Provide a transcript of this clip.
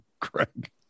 Craig